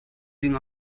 ding